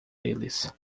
eles